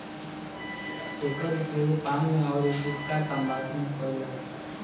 एकर उपयोग पान में अउरी गुठका तम्बाकू में कईल जाला